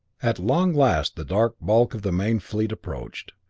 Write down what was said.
at long last the dark bulk of the main fleet approached,